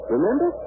Remember